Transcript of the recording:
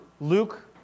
Luke